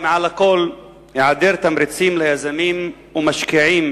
ומעל לכול העדר תמריצים ליזמים ומשקיעים,